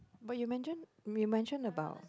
but you mention you mention about